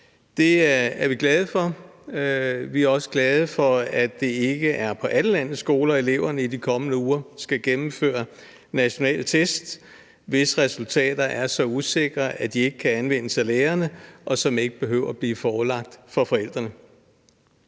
Det er vi glade for, og vi er også glade for, at det ikke er på alle landets skoler, at eleverne i de kommende uger skal gennemføre nationale test, hvis resultater er så usikre, at de ikke kan anvendes af lærerne, og som ikke behøver at blive forelagt forældrene.